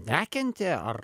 nekentė ar